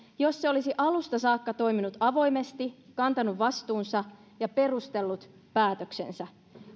jos se olisi alusta saakka toiminut avoimesti kantanut vastuunsa ja perustellut päätöksensä